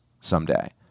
someday